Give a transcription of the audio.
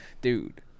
Dude